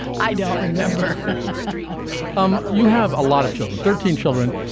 i don't remember um you have a lot of children. thirteen children,